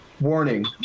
warning